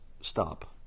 stop